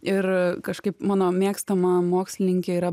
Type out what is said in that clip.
ir kažkaip mano mėgstama mokslininkė yra